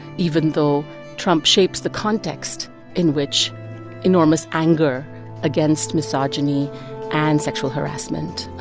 even though trump shapes the context in which enormous anger against misogyny and sexual harassment